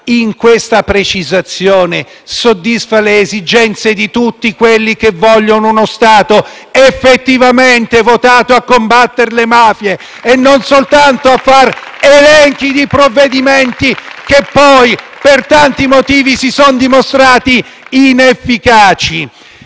in questa precisazione, soddisfa le esigenze di tutti quelli che vogliono uno Stato effettivamente votato a combattere le mafie e non soltanto a fare elenchi di provvedimenti che poi, per tanti motivi, si sono dimostrati inefficaci?